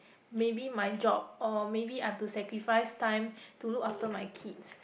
maybe my job or maybe I have to sacrifice time to look after my kids